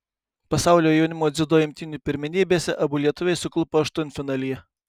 pasaulio jaunimo dziudo imtynių pirmenybėse abu lietuviai suklupo aštuntfinalyje